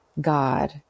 God